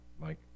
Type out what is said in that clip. mike